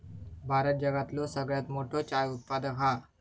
भारत जगातलो सगळ्यात मोठो चाय उत्पादक हा